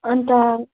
अन्त